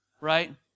Right